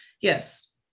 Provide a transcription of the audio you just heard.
Yes